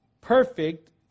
perfect